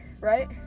right